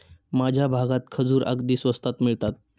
माझ्या भागात खजूर अगदी स्वस्तात मिळतात